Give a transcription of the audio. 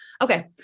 okay